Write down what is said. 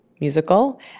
musical